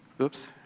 Oops